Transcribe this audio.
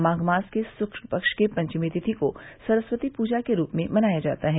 माघ मास के शुक्ल पक्ष के पंचमी तिथि को सरस्वती पूजा के रूप में मनाया जाता है